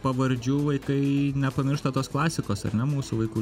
pavardžių vaikai nepamiršta tos klasikos ar ne mūsų vaikų